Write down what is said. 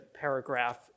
paragraph